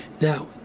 Now